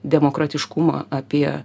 demokratiškumą apie